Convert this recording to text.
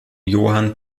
johann